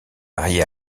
marié